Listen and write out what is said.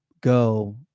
go